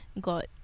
got